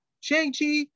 Shang-Chi